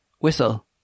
Whistle